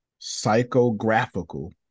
psychographical